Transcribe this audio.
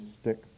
stick